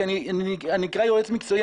כי אני נקרא יועץ מקצועי,